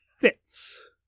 fits